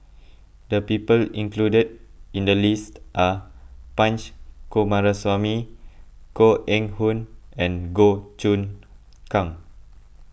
the people included in the list are Punch Coomaraswamy Koh Eng Hoon and Goh Choon Kang